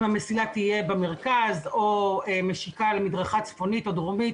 אם המסילה תהיה במרכז או משיקה למדרכה צפונית או דרומית.